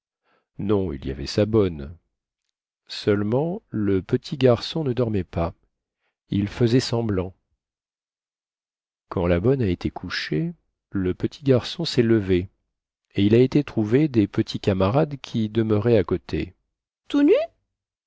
non il y avait sa bonne seulement le petit garçon ne dormait pas il faisait semblant quand la bonne a été couchée le petit garçon sest levé et il a été trouver des petits camarades qui demeuraient à côté tout nu